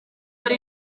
ari